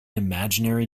imaginary